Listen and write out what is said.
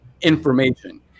information